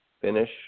Finish